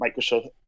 Microsoft